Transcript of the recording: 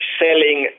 selling